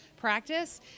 practice